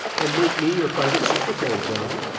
and make me your private secretary, john.